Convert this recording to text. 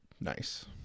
Nice